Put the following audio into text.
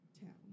town